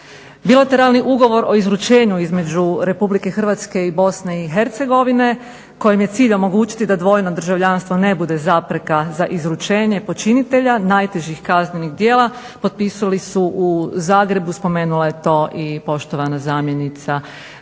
Bilateralni ugovor o izručenju između Republike Hrvatske i BiH kojim je cilj omogućiti da dvojno državljanstvo ne bude zapreka za izručenje počinitelja najtežih kaznenih djela potpisali su u Zagrebu, spomenula je to i poštovana zamjenica ministra,